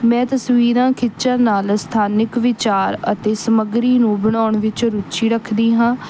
ਮੈਂ ਤਸਵੀਰਾਂ ਖਿਚਣ ਨਾਲ ਸਥਾਨਿਕ ਵਿਚਾਰ ਅਤੇ ਸਮੱਗਰੀ ਨੂੰ ਬਣਾਉਣ ਵਿੱਚ ਰੁਚੀ ਰੱਖਦੀ ਹਾਂ